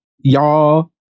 y'all